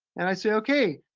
and i say okay,